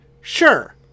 Sure